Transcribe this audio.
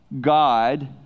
God